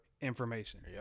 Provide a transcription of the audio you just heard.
Information